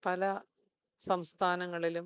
പല സംസ്ഥാനങ്ങളിലും